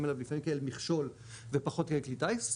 אליו לפעמים כאל מכשול ופחות כאל כלי טיס,